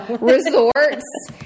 resorts